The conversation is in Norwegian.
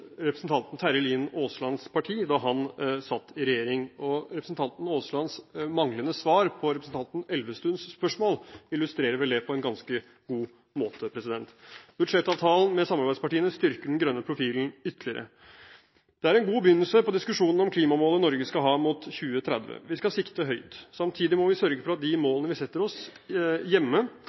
representanten Terje Aaslands parti da han satt i regjering – representanten Aaslands manglende svar på representanten Elvestuens spørsmål illustrerer vel det på en ganske god måte. Budsjettavtalen med samarbeidspartiene styrker den grønne profilen ytterligere. Det er en god begynnelse på diskusjonen om klimamålet Norge skal ha mot 2030. Vi skal sikte høyt. Samtidig må vi sørge for at de målene vi setter oss hjemme,